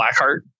Blackheart